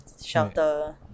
shelter